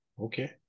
Okay